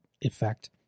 effect